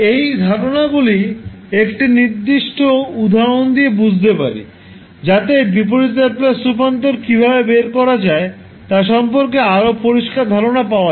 এই ধারণাগুলি একটি উদাহরণ দিয়ে বুঝতে পারি যাতে বিপরীত ল্যাপ্লাস রূপান্তর কীভাবে বের করা যায় তা সম্পর্কে আরও পরিষ্কার ধারনা পাওয়া যাবে